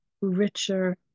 richer